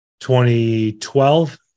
2012